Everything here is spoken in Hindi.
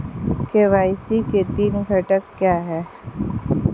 के.वाई.सी के तीन घटक क्या हैं?